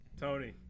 Tony